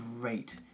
great